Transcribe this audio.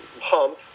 hump